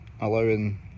allowing